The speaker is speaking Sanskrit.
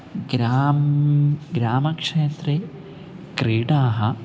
ग्रां ग्रामक्षेत्रे क्रीडाः